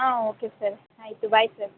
ಹಾಂ okay sir ಆಯಿತು bye sir